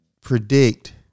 predict